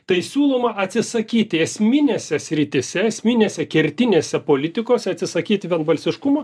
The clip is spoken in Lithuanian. tai siūloma atsisakyti esminėse srityse esminėse kertinėse politikos atsisakyti vienbalsiškumo